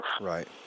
Right